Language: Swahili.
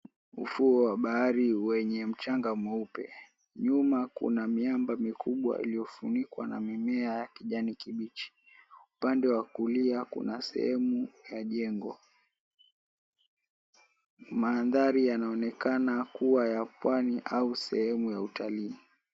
Ufuo wa bahari wenye mchanga mweupe, nyuma kuna miamba mikubwa iliyofunikwa na mimea ya kijani kibichi, upande wa kulia kuna sehemu ya jengo, mandhari yanaonekana kuwa ya Pwani au sehemu ya Utalii.